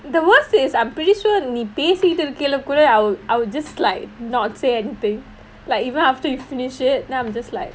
the worst is I'm pretty sure நீ பேசிட்டு இருக்கைல கூட:nee pesittu irukaila kooda I will I will just like not say anything like even after you finish it then I'm just like